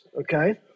Okay